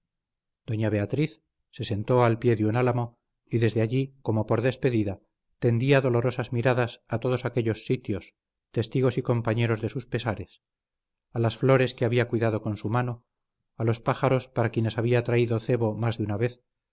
doña beatriz se sentó al pie de un álamo y desde allí como por despedida tendía dolorosas miradas a todos aquellos sitios testigos y compañeros de sus pesares a las flores que había cuidado con su mano a los pájaros para quienes había traído cebo más de una vez